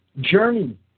journey